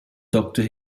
doctor